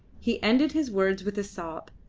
he ended his words with a sob,